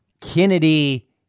Kennedy